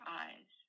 eyes